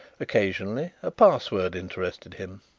occasionally a password interested him.